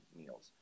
meals